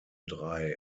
drei